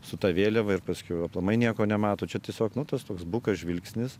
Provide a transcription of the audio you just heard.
su ta vėliava ir paskiau aplamai nieko nemato čia tiesiog nu tas toks bukas žvilgsnis